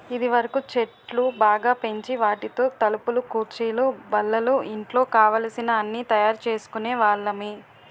ఇదివరకు చెట్లు బాగా పెంచి వాటితో తలుపులు కుర్చీలు బల్లలు ఇంట్లో కావలసిన అన్నీ తయారు చేసుకునే వాళ్ళమి